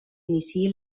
iniciï